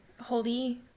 holdy